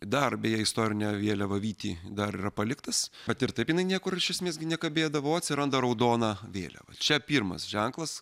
dar beje istorinę vėliavą vytį dar yra paliktas kad ir taip jinai niekur iš esmės gi nekabėdavo atsiranda raudona vėliava čia pirmas ženklas